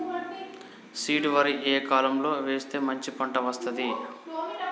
Seed వరి ఏ కాలం లో వేస్తే మంచి పంట వస్తది?